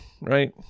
right